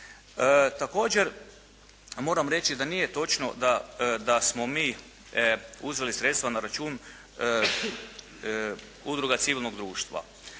Također moram reći da nije točno da smo mi uzeli sredstva na račun udruga civilnog društva.